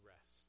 rest